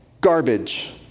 garbage